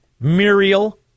Muriel